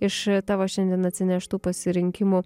iš tavo šiandien atsineštų pasirinkimų